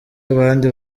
abandi